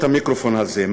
את המיקרופון הזה,